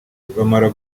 bamara